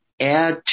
add